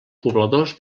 pobladors